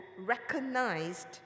recognized